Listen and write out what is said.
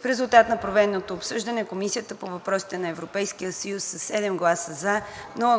В резултат на проведеното обсъждане Комисията по въпросите на Европейския съюз: - със 7 гласа „за“,